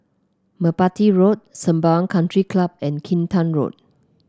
Merpati Road Sembawang Country Club and Kinta Road